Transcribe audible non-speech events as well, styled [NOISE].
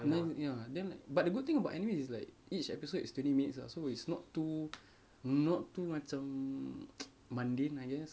and then ya then but the good thing about anime is like each episode it's twenty minutes lah so it's not too not too macam [NOISE] mundane I guess